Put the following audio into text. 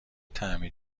طعمی